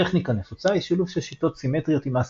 טכניקה נפוצה היא שילוב של שיטות סימטריות עם אסימטריות,